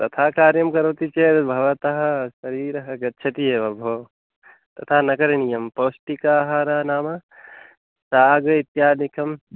तथा कार्यं करोति चेत् भवतः शरीरः गच्छति एव भोः तथा न करणीयं पौष्टिक आहरः नाम ताज इत्यादिकं